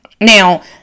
Now